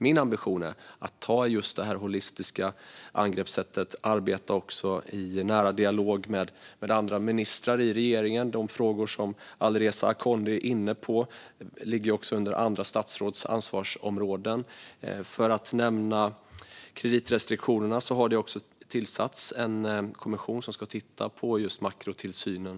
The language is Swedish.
Min ambition är att ta just det holistiska angreppssättet och arbeta i nära dialog med andra ministrar i regeringen. De frågor som Alireza Akhondi är inne på ligger under andra statsråds ansvarsområden. För att nämna kreditrestriktionerna har det tillsatts en kommission som ska titta på just makrotillsynen.